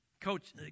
Coach